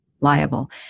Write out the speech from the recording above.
liable